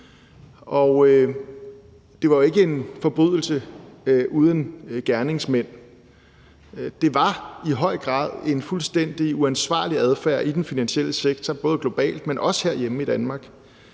det var jo ikke en forbrydelse uden gerningsmænd. Det var i høj grad en fuldstændig uansvarlig adfærd i den finansielle sektor både globalt og herhjemme i Danmark,